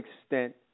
extent